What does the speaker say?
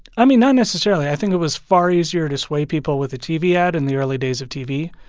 i mean, not necessarily. i think it was far easier to sway people with a tv ad in the early days of tv.